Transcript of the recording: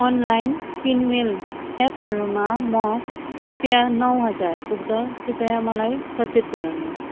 online किनमेल एप्पहरूमा म रुपियाँ नौ हजार पुग्दा कृपया मलाई सचेत गराउनुहोस्